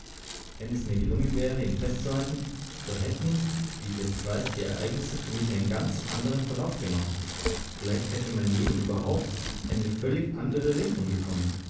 wenn es mir gelungen wäre ihn festzuhalten so hätten wie ich jetzt weiß die ereignisse für mich einen ganz andern verlauf genommen vielleicht hätte mein leben überhaupt eine völlig andere richtung bekommen